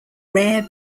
rare